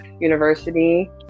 university